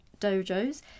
dojos